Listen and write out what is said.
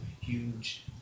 huge